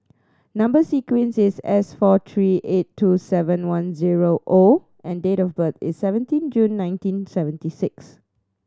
number sequence is S four three eight two seven one zero O and date of birth is seventeen June nineteen seventy six